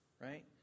right